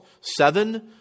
seven